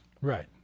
Right